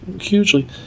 hugely